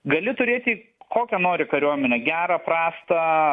gali turėti kokią nori kariuomenę gerą prastą